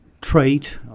trait